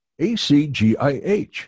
ACGIH